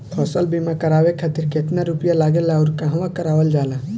फसल बीमा करावे खातिर केतना रुपया लागेला अउर कहवा करावल जाला?